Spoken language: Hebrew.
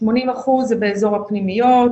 80% זה באזור הפנימיות,